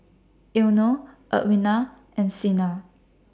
Eino Edwina and Sina